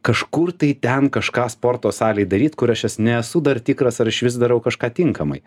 kažkur tai ten kažką sporto salėj daryt kur aš jos nesu dar tikras ar išvis darau kažką tinkamai